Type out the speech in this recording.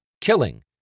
killing